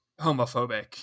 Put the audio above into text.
homophobic